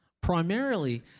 Primarily